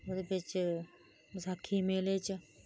ओहदे बिच बसाखी दे मेले च